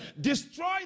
destroy